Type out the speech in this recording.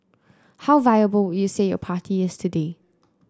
how viable would you say your party is today